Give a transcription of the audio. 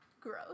Gross